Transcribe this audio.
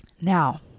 Now